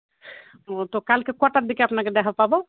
ও তো কালকে কটার দিকে আপনাকে দেখা পাবো